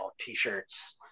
T-shirts